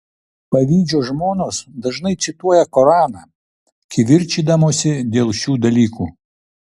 pavydžios žmonos dažnai cituoja koraną kivirčydamosi dėl šių dalykų